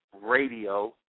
radio